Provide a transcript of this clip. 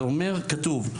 זה אומר, כתוב: